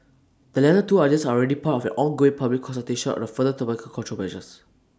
the latter two ideas are already part of an ongoing public consultation on the further tobacco control measures